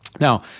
Now